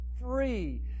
free